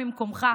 ממקומך.